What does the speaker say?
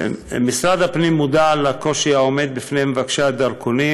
משרד הפנים מודע לקושי העומד בפני מבקשי הדרכונים